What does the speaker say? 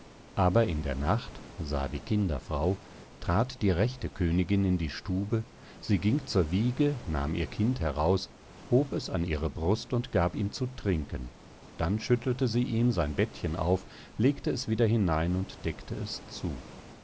aber in der nacht sah die kinderfrau trat die rechte königin in die stube sie ging zur wiege nahm ihr kind heraus hob es an ihre brust und gab ihm zu trinken dann schüttelte sie ihm sein bettchen auf legte es wieder hinein und deckte es zu